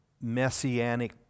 messianic